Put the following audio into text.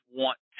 want